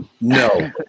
No